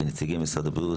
לנציגי משרד הבריאות,